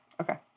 Okay